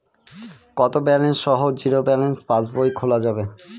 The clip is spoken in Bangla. কত ব্যালেন্স সহ জিরো ব্যালেন্স পাসবই খোলা যাবে?